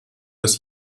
des